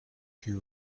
you